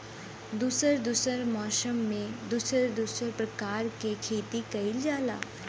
दुसर दुसर मौसम में दुसर दुसर परकार के खेती कइल जाला